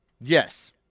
Yes